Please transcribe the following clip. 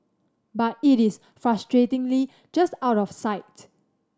but it is frustratingly just out of sight